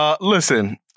Listen